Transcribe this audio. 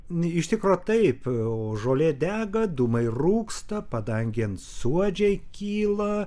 iš tikro taip o žolė dega dūmai rūksta padangėn suodžiai kyla